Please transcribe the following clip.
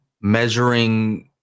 measuring